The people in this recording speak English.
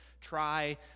try